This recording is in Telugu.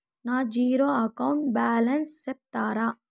నా జీరో అకౌంట్ బ్యాలెన్స్ సెప్తారా?